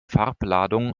farbladung